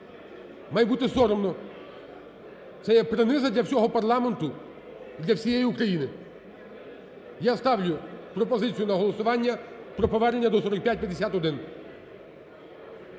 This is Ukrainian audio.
Має бути соромно – це є приниза для всього парламенту і для всієї України. Я ставлю пропозицію на голосування про повернення до 4551.